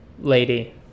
lady